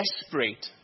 desperate